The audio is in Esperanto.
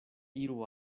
iru